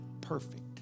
perfect